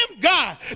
God